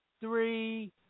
three